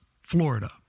Florida